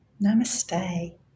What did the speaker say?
Namaste